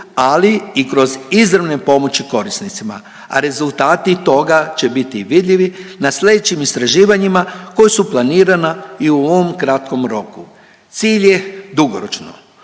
ali i kroz izravne pomoći korisnicima, a rezultati toga će biti vidljivi na slijedećim istraživanjima koji su planirana i u ovom kratkom roku. Cilj je dugoročno